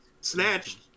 snatched